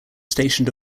stationed